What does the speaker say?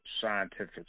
Scientific